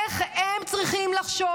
איך הם צריכים לחשוב?